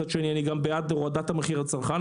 מצד שני אני גם בעד הורדת המחיר לצרכן.